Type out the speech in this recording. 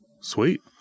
Sweet